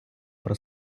про